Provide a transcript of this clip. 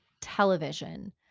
television